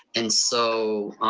and so,